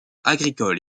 agricole